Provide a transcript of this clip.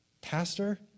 pastor